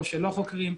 או שלא חוקרים,